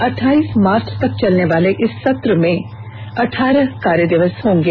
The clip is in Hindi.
अठ्ठाईस मार्च तक चलने वाले इस सत्र में अठारह कार्य दिवस होंगे